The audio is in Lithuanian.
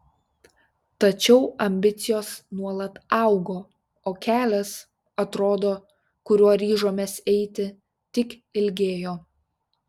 tačiau ambicijos nuolat augo o kelias atrodo kuriuo ryžomės eiti tik ilgėjo